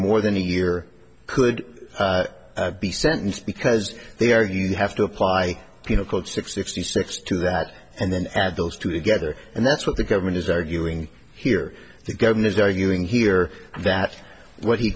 more than a year could be sentenced because there you have to apply you know called sixty six to that and then add those two together and that's what the government is arguing here the government is arguing here that what he